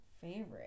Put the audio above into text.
favorite